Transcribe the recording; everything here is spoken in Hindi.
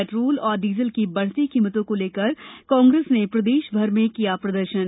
पेट्रोल और डीजल की बढ़ती कीमतों को लेकर कांग्रेस ने प्रदेश भर में किया प्रदर्शन